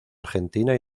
argentina